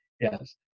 yes